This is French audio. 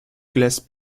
glace